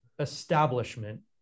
establishment